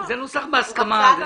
זה נוסח בהסכמה.